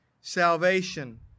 salvation